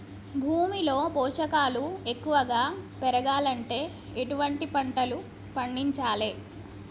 భూమిలో పోషకాలు ఎక్కువగా పెరగాలంటే ఎటువంటి పంటలు పండించాలే?